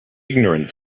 ignorant